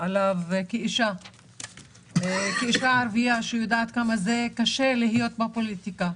כאישה ערבייה שיודעת כמה זה קשה להיות בפוליטיקה,